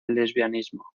lesbianismo